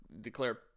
declare